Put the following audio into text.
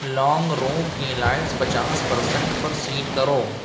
لونگ room کی lights پچاس percent پر سیٹ کرو